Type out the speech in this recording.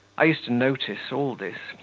i used to notice all this,